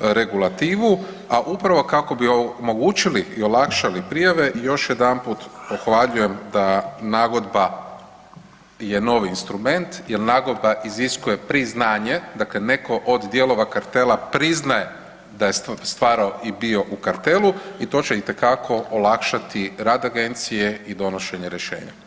regulativu, a upravo kako bi omogućili i olakšali prijave još jedanput pohvaljujem da nagodba je novi instrument jer nagodba iziskuje priznanje, dakle neko od dijelova kartela priznaje da je stvarao i bio u kartelu i to će itekako olakšati rad agencije i donošenje rješenja.